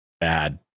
bad